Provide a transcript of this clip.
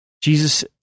Jesus